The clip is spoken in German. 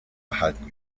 erhalten